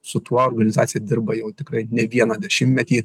su tuo organizacija dirba jau tikrai ne vieną dešimtmetį